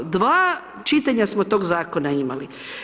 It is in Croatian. Dva čitanja smo tog zakona imali.